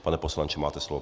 Pane poslanče, máte slovo.